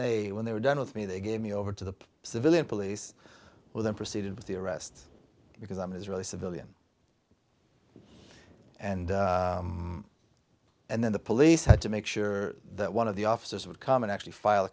they when they were done with me they gave me over to the civilian police who then proceeded with the arrest because i'm an israeli civilian and and then the police had to make sure that one of the officers of common actually filed a